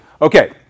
Okay